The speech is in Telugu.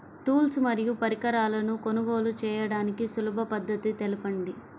టూల్స్ మరియు పరికరాలను కొనుగోలు చేయడానికి సులభ పద్దతి తెలపండి?